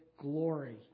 glory